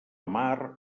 mar